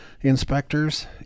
inspectors